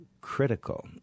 critical